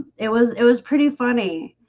it was it was pretty funny